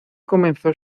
comenzó